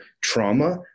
trauma